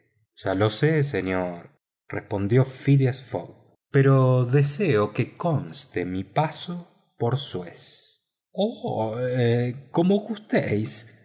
ya lo sé señor respondió phileas fogg pero deseo conste mi paso por suez como gustéis